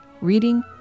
reading